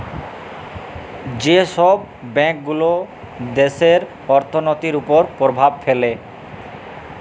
যে ছব ব্যাংকগুলা দ্যাশের অথ্থলিতির উপর পরভাব ফেলে